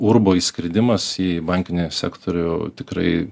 urbo įskridimas į bankinį sektorių tikrai